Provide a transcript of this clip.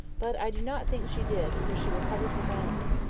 but i do not think she did, for she recovered her balance,